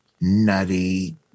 nutty